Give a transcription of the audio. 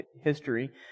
history